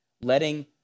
letting